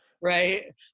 right